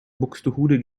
buxtehude